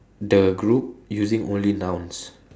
the group using only nouns